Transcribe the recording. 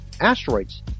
asteroids